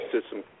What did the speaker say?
system